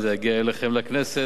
וזה יגיע אליכם לכנסת.